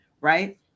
right